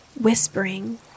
whispering